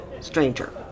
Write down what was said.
stranger